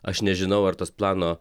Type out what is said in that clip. aš nežinau ar tas plano